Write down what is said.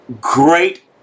Great